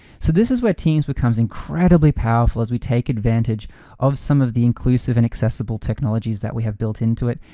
so this is where teams becomes incredibly powerful as we take advantage of some of the inclusive and accessible technologies that we have built into it.